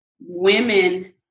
Women